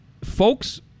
Folks